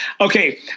Okay